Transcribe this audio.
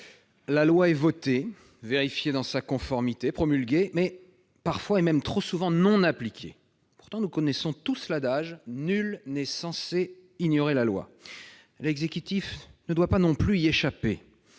la loi est votée, vérifiée dans sa conformité, promulguée, mais parfois, et même trop souvent, non appliquée. Pourtant, nous connaissons tous l'adage :« Nul n'est censé ignorer la loi. » L'exécutif ne doit pas non plus y déroger,